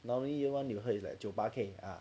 normally new one you heard it's like 九八 K